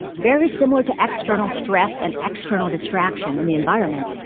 very similar to external stress and external distraction in the environment,